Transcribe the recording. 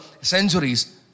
centuries